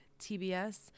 TBS